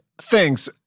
thanks